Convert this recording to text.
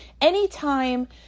Anytime